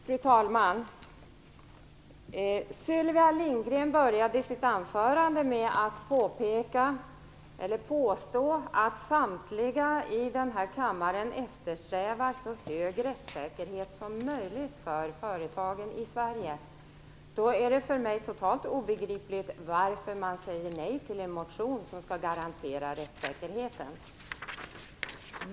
Fru talman! Sylvia Lindgren började sitt anförande med att påstå att samtliga i denna kammare eftersträvar så hög rättssäkerhet som möjligt för företagen i Sverige. Då är det för mig totalt obegripligt varför man säger nej till en motion som skall garantera rättssäkerheten.